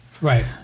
Right